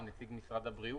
או נציג משרד הבריאות,